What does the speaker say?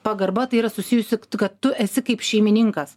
pagarba tai yra susijusi kad tu esi kaip šeimininkas